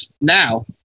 Now